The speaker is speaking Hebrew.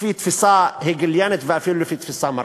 לפי תפיסה הגליאנית, ואפילו לפי תפיסה מרקסיסטית.